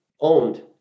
owned